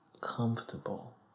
comfortable